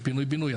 של פינוי בינוי.